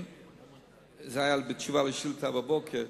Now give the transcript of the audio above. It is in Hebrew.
זה היה בתשובה על שאילתא בבוקר,